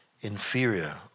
Inferior